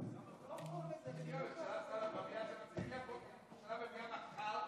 חבריי חברי הכנסת,